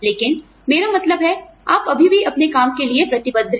लेकिन मेरा मतलब है आप अभी भी अपने काम के लिए प्रतिबद्ध हैं